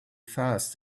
fast